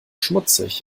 schmutzig